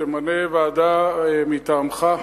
תמנה ועדה מטעמך,